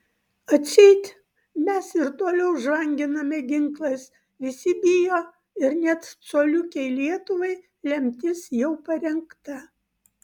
atseit mes ir toliau žvanginame ginklais visi bijo ir net coliukei lietuvai lemtis jau parengta